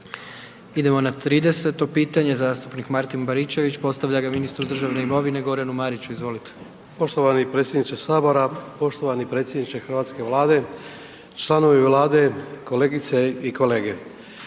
Idemo na 30 pitanje, zastupnik Martin Baričević postavlja ga ministru državne imovine Goranu Mariću, izvolite. **Baričević, Martin (HDZ)** Poštovani predsjedniče sabora, poštovani predsjedniče hrvatske Vlade, članovi Vlade, kolegice i kolege,